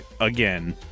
again